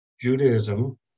Judaism